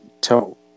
Tell